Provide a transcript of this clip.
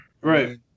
Right